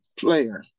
Player